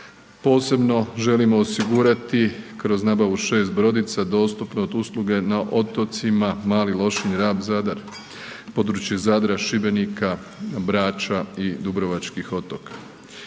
Posebno želimo osigurati kroz nabavu 6 brodica dostupnost usluge na otocima Mali Lošinj, Rab, Zadar, područje Zadra, Šibenika, Brača i dubrovačkih otoka.